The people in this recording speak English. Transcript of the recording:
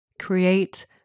Create